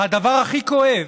והדבר הכי כואב,